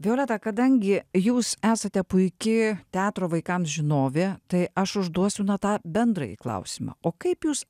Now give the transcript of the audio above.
violeta kadangi jūs esate puiki teatro vaikams žinovė tai aš užduosiu na tą bendrąjį klausimą o kaip jūs